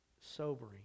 Sobering